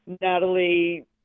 natalie